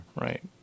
right